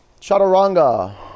Chaturanga